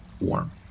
warm